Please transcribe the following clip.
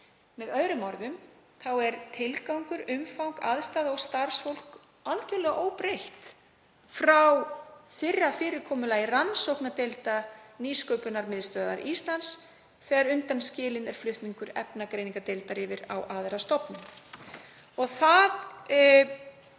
Með öðrum orðum er tilgangur, umfang, aðstaða og starfsfólk algerlega óbreytt frá fyrra fyrirkomulagi rannsóknardeilda Nýsköpunarmiðstöðvar Íslands, þegar undanskilinn er flutningur efnagreiningardeildar yfir á aðra stofnun.